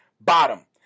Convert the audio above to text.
bottom